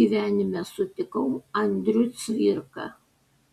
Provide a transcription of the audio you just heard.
gyvenime sutikau andrių cvirką